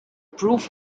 proof